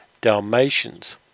Dalmatians